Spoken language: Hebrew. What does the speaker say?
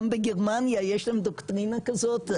גם בגרמניה יש להם דוקטרינה כזאת,